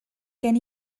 gen